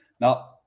Now